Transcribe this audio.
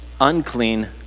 unclean